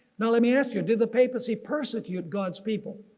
now let me ask you, did the papacy persecute god's people?